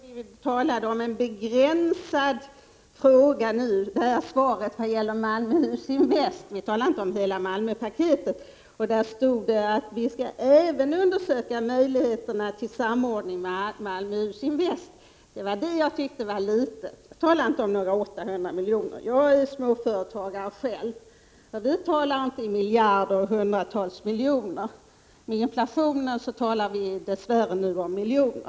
Fru talman! Jag trodde att vi nu talade om en begränsad fråga, dvs. svaret vad göller Malmöhus Invest, och inte hela Malmöpaketet. I svaret står det att man ”även skall undersöka möjligheterna till samordning med Malmöhus Invest AB”, och det tyckte jag var litet. Jag talade alltså inte om de 800 miljonerna. Jag är själv småföretagare och talar inte om miljarder eller hundratals miljoner, men på grund av inflationen talar småföretagarna dess värre nu om miljoner.